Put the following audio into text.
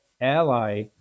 ally